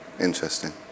Interesting